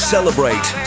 Celebrate